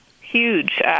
huge